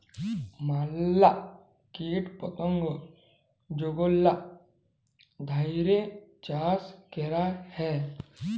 ম্যালা কীট পতঙ্গ যেগলা ধ্যইরে চাষ ক্যরা হ্যয়